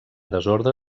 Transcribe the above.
desordre